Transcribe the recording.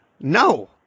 no